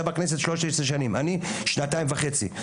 אתה בכנסת 13 שנים, אני שנתיים וחצי.